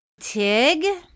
Tig